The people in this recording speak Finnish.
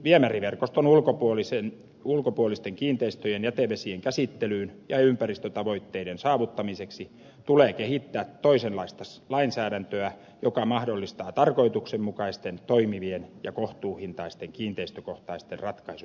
viemäriverkoston ulkopuolisten kiinteistöjen jätevesien käsittelyyn ja ympäristötavoitteiden saavuttamiseksi tulee kehittää toisenlaista lainsäädäntöä joka mahdollistaa tarkoituksenmukaisten toimivien ja kohtuuhintaisten kiinteistökohtaisten ratkaisujen tekemisen